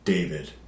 David